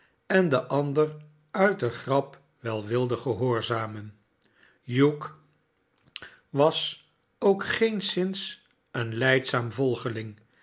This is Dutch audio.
en de ander nit de grap wel wilde gehoorzamen hugh was ook geenszins een lijdzaam volgeling